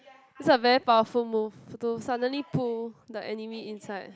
it's a very powerful move to suddenly pull the enemy inside